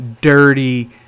dirty